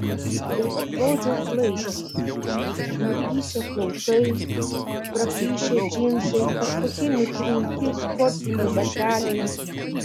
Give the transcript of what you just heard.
bet atrodžiau klaikiai nutįsę plaukai praplyšę džinsai kažkokie nutrinti sportiniai bateliai